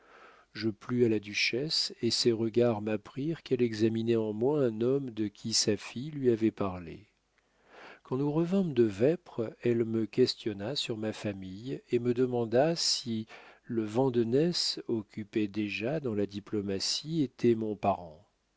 je plus à la duchesse et ses regards m'apprirent qu'elle examinait en moi un homme de qui sa fille lui avait parlé quand nous revînmes de vêpres elle me questionna sur ma famille et me demanda si le vandenesse occupé déjà dans la diplomatie était mon parent